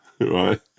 right